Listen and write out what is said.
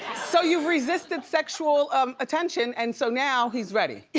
so you've resisted sexual um attention and so now he's ready?